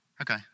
Okay